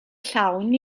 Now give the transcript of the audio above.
llawn